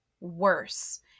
worse